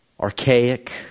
archaic